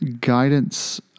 guidance